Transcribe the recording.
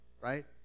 right